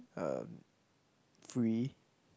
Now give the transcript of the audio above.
um free